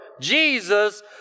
Jesus